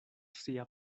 sia